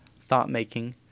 Thought-making